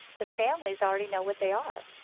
the families already know what they are.